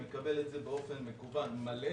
מקבל את זה באופן מקוון מלא,